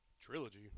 trilogy